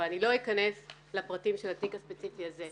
ואני לא אכנס לפרטים של התיק הספציפי הזה.